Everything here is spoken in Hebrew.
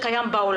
כמו שקיים בעולם,